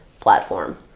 platform